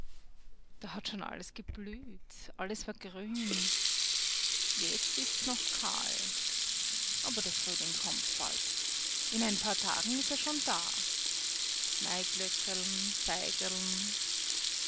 da hat schon alles geblüht alles war grün jetzt ist's noch kahl aber der frühling kommt bald in ein paar tagen ist er schon da